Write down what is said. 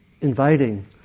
inviting